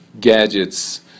gadgets